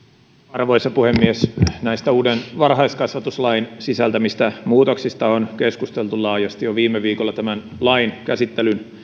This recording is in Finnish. arvoisa puhemies näistä uuden varhaiskasvatuslain sisältämistä muutoksista on keskusteltu laajasti jo viime viikolla tämän lain